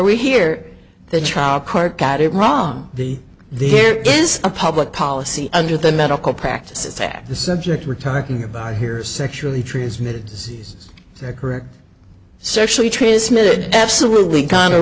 we here the trial court got it wrong the there is a public policy under the medical practices act the subject we're talking about here are sexually transmitted disease correct sexually transmitted absolutely kind